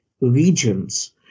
regions